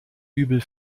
übel